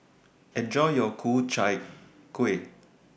Enjoy your Ku Chai Kuih